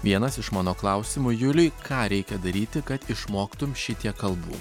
vienas iš mano klausimų juliui ką reikia daryti kad išmoktum šitiek kalbų